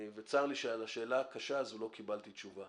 וצר לי שעל השאלה הקשה הזו לא קיבלתי תשובה.